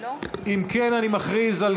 אם כן אני מכריז על